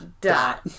dot